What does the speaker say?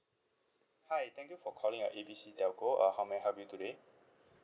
hi thank you for calling our A B C telco uh how may I help you today